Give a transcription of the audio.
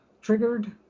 triggered